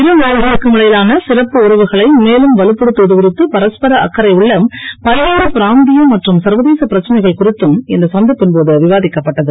இருநாடுகளுக்கும் இடையிலான சிறப்பு உறவுகளை மேலும் வலுப்படுத்துவது குறித்து பரஸ்பர அக்கறை உள்ள பல்வேறு பிராந்திய மற்றும் சர்வதேச பிரச்சனைகள் குறித்தும் இந்த சந்திப்பின் போது விவாதிக்கப்பட்டது